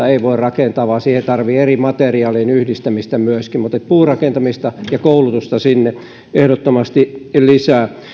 ei voi rakentaa vaan siihen tarvitaan eri materiaalien yhdistämistä myöskin mutta puurakentamista ja koulutusta sinne ehdottomasti lisää